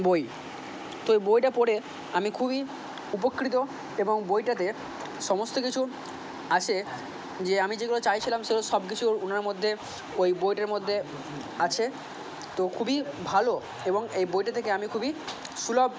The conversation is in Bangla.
বই তো বইটা পড়ে আমি খুবই উপকৃত এবং বইটাতে সমস্ত কিছু আছে যে আমি যেগুলো চাইছিলাম সেগুলো সব কিছু ওনার মধ্যে ওই বইটার মধ্যে আছে তো খুবই ভালো এবং এই বইটা থেকে আমি খুবই সুলভ